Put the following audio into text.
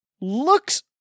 looks